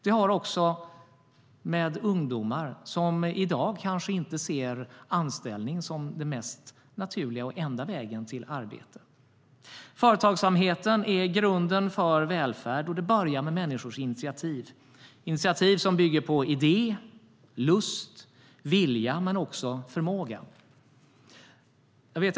Det kan också vara ungdomar som i dag kanske inte ser anställning som den mest naturliga eller enda vägen till arbete. Företagsamheten är grunden för välfärd. Det börjar med människors initiativ - initiativ som bygger på idé, lust, vilja och förmåga.